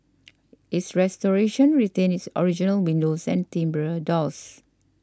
its restoration retained its original windows and timbre doors